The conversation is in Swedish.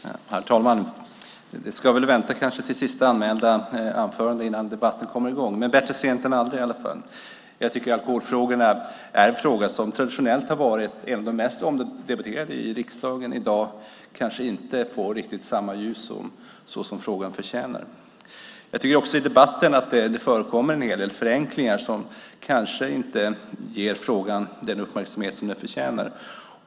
Herr talman! Det ska kanske vänta till sist anmälda talare innan debatten kommer i gång, men bättre sent än aldrig. Jag tycker att alkoholfrågan, en fråga som traditionellt har varit en av de mest omdebatterade i riksdagen, i dag kanske inte får riktigt samma ljus som frågan förtjänar. Jag tycker också att det i debatten förekommer en hel del förenklingar som kanske inte ger frågan den uppmärksamhet som den förtjänar.